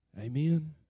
Amen